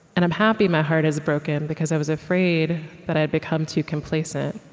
and i'm happy my heart is broken, because i was afraid that i'd become too complacent.